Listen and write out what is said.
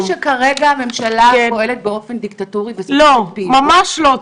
הבנו שכרגע הממשלה פועלת באופן דיקטטורי --- ממש לא,